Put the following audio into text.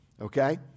okay